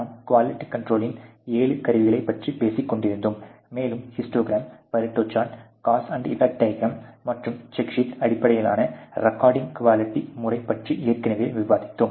நாம் QC இன் ஏழு கருவிகளைப் பற்றி பேசிக் கொண்டிருந்தோம் மேலும் histogram Pareto chart cause and effect diagram மற்றும் செக் ஷீட் அடிப்படையிலான ரி கோடிங் குவாலிட்டி முறை பற்றி ஏற்கனவே விவாதித்தோம்